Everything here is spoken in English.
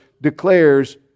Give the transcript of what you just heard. declares